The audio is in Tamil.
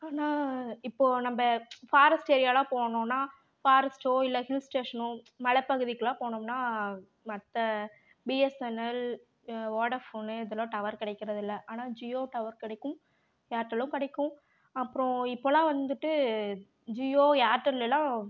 ஆனால் இப்போது நம்ம ஃபாரெஸ்ட் ஏரியாலெலாம் போனோன்னால் ஃபாரெஸ்டோ இல்லை ஹில் ஸ்டேஷனோ மலைப்பகுதிக்குலாம் போனோம்னால் மற்ற பிஎஸ்என்எல் வோடாஃபோனு இதெலாம் டவர் கிடைக்கிறது இல்லை ஆனால் ஜியோ டவர் கிடைக்கும் ஏர்டெல்லும் கிடைக்கும் அப்புறம் இப்போயெலாம் வந்துட்டு ஜியோ ஏர்டெல்லெலாம்